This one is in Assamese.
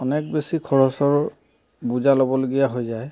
অনেক বেছি খৰচৰ বোজা ল'বলগীয়া হৈ যায়